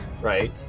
Right